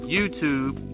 YouTube